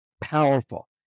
powerful